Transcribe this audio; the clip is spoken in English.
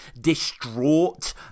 distraught